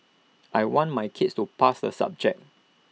I want my kids to pass the subject